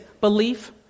belief